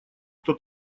кто